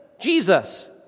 Jesus